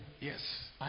yes